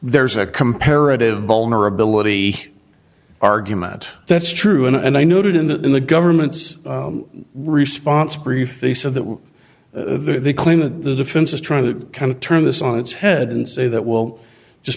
there's a comparative vulnerability argument that's true and i noted in that in the government's response brief they said that they claim that the defense is trying to kind of turn this on its head and say that well just